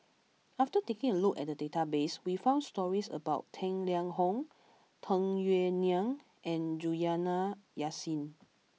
after taking a look at the database we found stories about Tang Liang Hong Tung Yue Nang and Juliana Yasin